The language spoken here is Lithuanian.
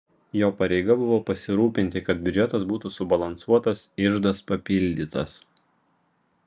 jo pareiga buvo pasirūpinti kad biudžetas būtų subalansuotas iždas papildytas